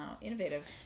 Innovative